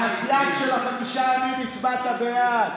על הסייג של חמישה הימים הצבעת בעד.